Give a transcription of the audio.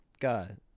God